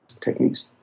techniques